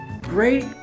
great